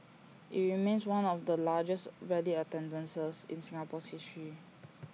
IT remains one of the largest rally attendances in Singapore's history